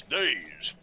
days